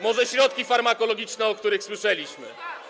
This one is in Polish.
Może środki farmakologiczne, o których słyszeliśmy?